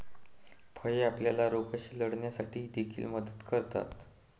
फळे आपल्याला रोगांशी लढण्यासाठी देखील मदत करतात